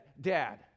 Dad